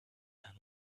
and